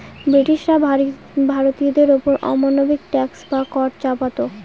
ব্রিটিশরা ভারতীয়দের ওপর অমানবিক ট্যাক্স বা কর চাপাতো